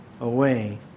away